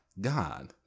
God